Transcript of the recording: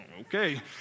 Okay